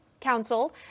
Council